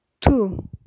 Two